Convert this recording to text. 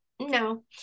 no